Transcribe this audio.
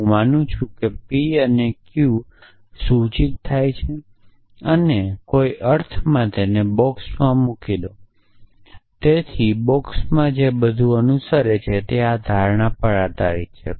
હું માનું છું કે p અને q સૂચિત થાય છે અને કોઈ અર્થમાં તેને બોક્સમાં મૂકી ડો તેથી બોક્સમાં જે બધું અનુસરે છે તે આ ધારણા પર આધારિત છે